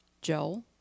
Joel